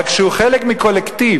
אבל כשהוא חלק מקולקטיב